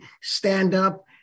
stand-up